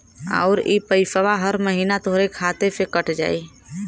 आउर इ पइसवा हर महीना तोहरे खाते से कट जाई